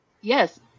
Yes